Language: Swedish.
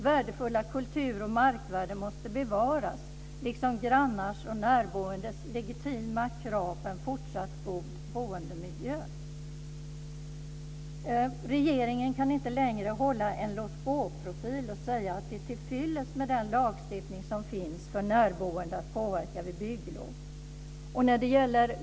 Värdefulla kultur och markvärden måste bevaras, och man måste respektera grannars och närboendes legitima krav på en fortsatt god boendemiljö. Regeringen kan inte längre hålla en låt-gå-profil och säga att det är tillfyllest med den lagstiftning som finns för närboende att påverka vid bygglov.